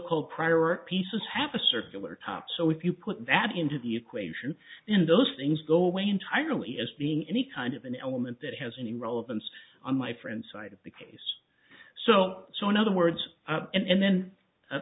prior pieces have a circular top so if you put that into the equation and those things go away entirely as being any kind of an element that has any relevance on my friends side of the case so so in other words and then